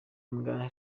imbwa